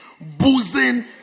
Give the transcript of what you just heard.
boozing